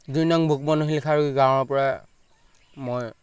দুই নং ভোকমন শিলিখাগুৰি গাঁৱৰপৰা মই